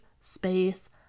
space